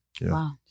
Wow